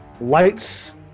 lights